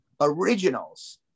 originals